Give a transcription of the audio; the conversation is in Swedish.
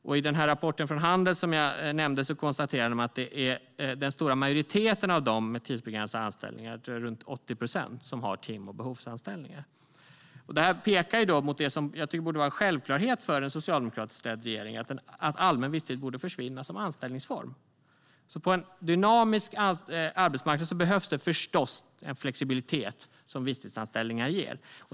I rapporten från Handels som jag nämnde konstaterar man att den stora majoriteten av dem med tidsbegränsade anställningar - jag tror att det är runt 80 procent - har tim och behovsanställningar. Det här pekar mot det som jag tycker borde vara en självklarhet för en socialdemokratiskt ledd regering, att allmän visstid borde försvinna som anställningsform. På en dynamisk arbetsmarknad behövs förstås den flexibilitet som visstidsanställningar ger.